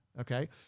okay